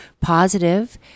positive